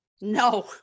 No